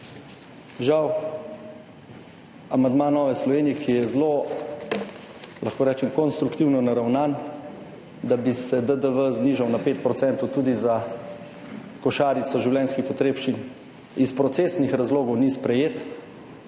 Žal amandma Nove Slovenije, ki je zelo, lahko rečem, konstruktivno naravnan, da bi se DDV znižal na 5 % tudi za košarico življenjskih potrebščin, iz procesnih razlogov ni sprejet,